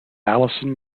alison